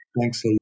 Thanks